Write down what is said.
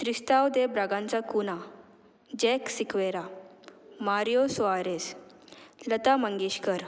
Tristao de Braganca Cunha Jack Sequeira Mario Soares Lata Mangeshkar